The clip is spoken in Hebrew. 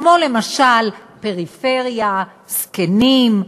כמו למשל: פריפריה, זקנים,